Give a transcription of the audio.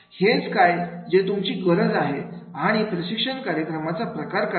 हेच काय जी तुमची गरज आहे आणि प्रशिक्षण कार्यक्रमाचा प्रकार काय आहे